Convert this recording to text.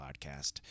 Podcast